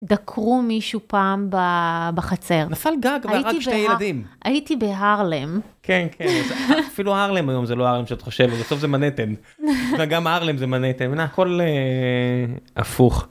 דקרו מישהו פעם בחצר נפל גג ורק שתי ילדים הייתי בהרלם, אפילו הרלם היום זה לא הרלם שאת חושבת בסוף זה מנתן וגם הרלם זה מנתן.